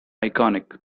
iconic